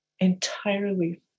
entirely